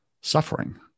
suffering